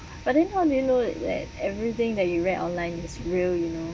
but then how they know that everything that you read online is real you know